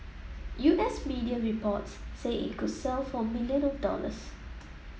U S media reports say it could sell for million of dollars